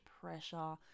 pressure